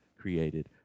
created